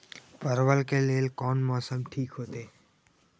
परवल के लेल कोन मौसम ठीक होते?